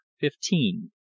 fifteen